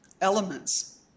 elements